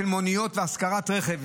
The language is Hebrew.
של מוניות והשכרת רכב,